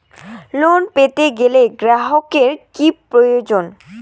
Loan পেতে গেলে গ্রাহকের কি প্রয়োজন?